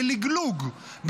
בלגלוג,